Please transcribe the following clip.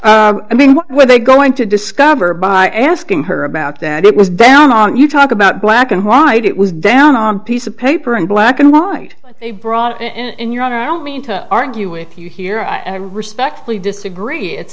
mean what were they going to discover by asking her about that it was down on you talk about black and white it was down on piece of paper and black and white they brought in your honor i don't mean to argue with you here i respectfully disagree it's